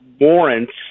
warrants